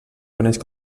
coneix